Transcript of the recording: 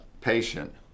patient